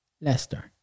Leicester